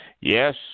yes